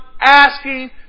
asking